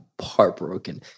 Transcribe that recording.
heartbroken